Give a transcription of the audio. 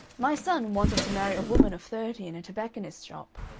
my son wanted to marry a woman of thirty in a tobacconist's shop.